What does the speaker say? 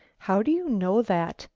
how do you know that?